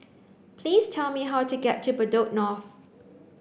please tell me how to get to Bedok North